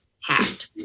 hat